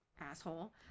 asshole